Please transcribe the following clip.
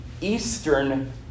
eastern